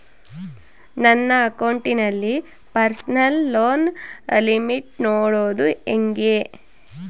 ನನ್ನ ಅಕೌಂಟಿನಲ್ಲಿ personal loan limit ನೋಡದು ಹೆಂಗೆ?